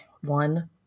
One